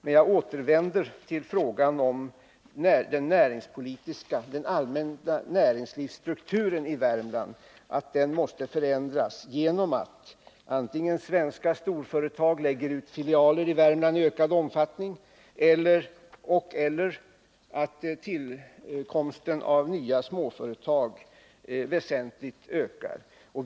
Men jag återvänder till att den allmänna strukturen på näringslivet i Värmland måste förändras genom att svenska storföretag lägger ut filialer i Värmland i ökad utsträckning eller att tillkomsten av nya småföretag ökar väsentligt.